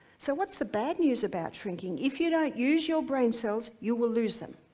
so what's the bad news about shrinking? if you don't use your brain cells you will lose them.